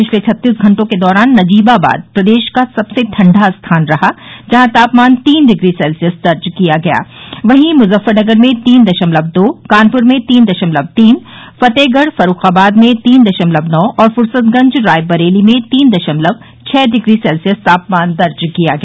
पिछले छत्तीस घंटों के दौरान नजीबाबाद प्रदेश का सबसे ठंडा स्थान रहा जहां तापमान तीन डिग्री सेल्सियस दर्ज किया गया वहीं मुजफ्फरनगर में तीन दशमलव दो कानपुर में तीन दशमलव तीन फतेहगढ़ फर्रूखाबाद में तीन दशमलव नौ फूर्सतगंज रायबरेली में तीन दशमलव छः डिग्री सेल्सियस तापमान दर्ज किया गया